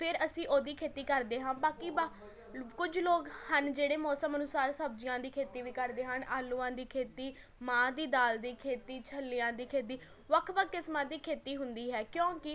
ਫਿਰ ਅਸੀਂ ਉਹਦੀ ਖੇਤੀ ਕਰਦੇ ਹਾਂ ਬਾਕੀ ਬਾ ਕੁਝ ਲੋਕ ਹਨ ਜਿਹੜੇ ਮੌਸਮ ਅਨੁਸਾਰ ਸਬਜ਼ੀਆਂ ਦੀ ਖੇਤੀ ਵੀ ਕਰਦੇ ਹਨ ਆਲੂਆਂ ਦੀ ਖੇਤੀ ਮਾਂਹ ਦੀ ਦਾਲ ਦੀ ਖੇਤੀ ਛੱਲੀਆਂ ਦੀ ਖੇਤੀ ਵੱਖ ਵੱਖ ਕਿਸਮਾਂ ਦੀ ਖੇਤੀ ਹੁੰਦੀ ਹੈ ਕਿਉਂਕਿ